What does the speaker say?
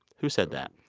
who said that?